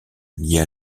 liée